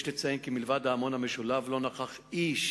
יש לציין כי מלבד ההמון המשולהב לא נכח איש